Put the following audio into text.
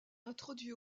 introduit